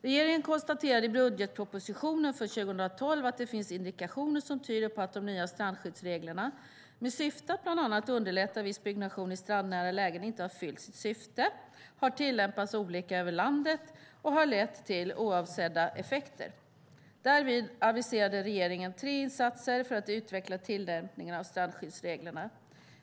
Regeringen konstaterade i budgetpropositionen för 2012 att det finns indikationer som tyder på att de nya strandskyddsreglerna med syfte att bland annat underlätta viss byggnation i strandnära lägen inte har fyllt sitt syfte, har tillämpats olika över landet och har lett till oavsedda effekter. Därvid aviserade regeringen tre insatser för att utveckla tillämpningen av strandskyddsreglerna.